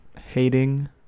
hating